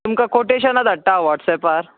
तुमकां कोटेशनां धाडटां हांव व्हॉट्सएपार